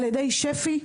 על ידי שפ"י,